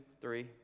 three